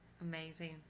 Amazing